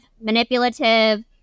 manipulative